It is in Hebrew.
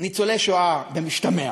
ניצולי השואה, במשתמע,